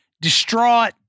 distraught